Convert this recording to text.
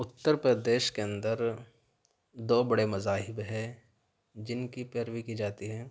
اتر پردیش کے اندر دو بڑے مذاہب ہیں جن کی پیروی کی جاتی ہے